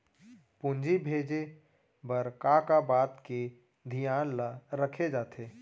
पूंजी भेजे बर का का बात के धियान ल रखे जाथे?